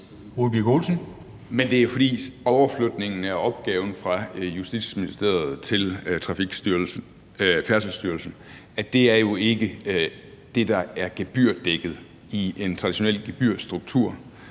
det er, fordi overflytningen af opgaven fra Justitsministeriet til Færdselsstyrelsen jo ikke er det, der er gebyrdækket i en traditionel gebyrstruktur.